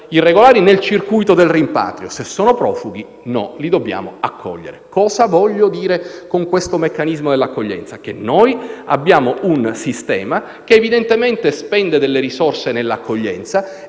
mettiamo nel circuito del rimpatrio, se sono profughi no, in quanto li dobbiamo accogliere. Cosa voglio dire con questo meccanismo dell'accoglienza? Noi abbiamo un sistema che, evidentemente, spende delle risorse nell'accoglienza.